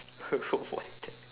what